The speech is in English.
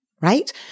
right